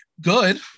good